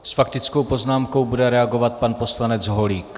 S faktickou poznámkou bude reagovat pan poslanec Holík.